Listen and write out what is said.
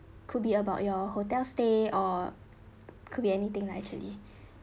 could be about your hotel stay or could be anything lah actually